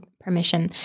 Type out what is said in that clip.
permission